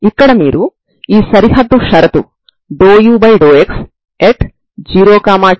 ఒకసారి మీరు c1 c2 0 0 ని పొందిన తర్వాత మీ సాధారణ పరిష్కారం 0 అవుతుంది సరేనా